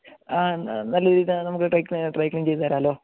ആ നല്ല രീതിയിൽ നമുക്ക് ഡ്രൈ ക്ലീന് ഡ്രൈ ക്ലീന് ചെയ്ത് തരാമല്ലോ